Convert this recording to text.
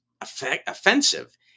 offensive